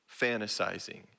fantasizing